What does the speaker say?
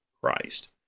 Christ